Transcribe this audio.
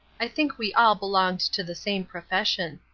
i think we all belonged to the same profession.